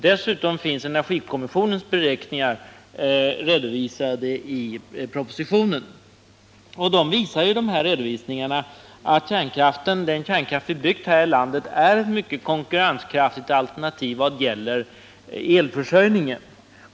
Dessutom finns energikommissionens beräkningar redovisade i propositionen. De här redovisningarna visar att den kärnkraft vi har byggt här i landet är ett mycket konkurrenskraftigt alternativ vad gäller elförsörjningen.